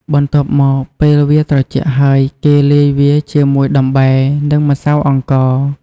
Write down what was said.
បន្ទាប់មកពេលវាត្រជាក់ហើយ គេលាយវាជាមួយដំបែ និងម្សៅអង្ករ។